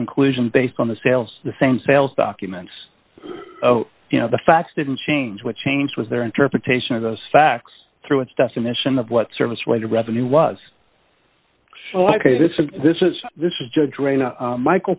conclusions based on the sales the same sales documents you know the facts didn't change what changed was their interpretation of those facts through its definition of what service weighted revenue was like a this is this is